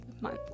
month